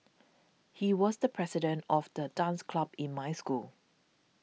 he was the president of the dance club in my school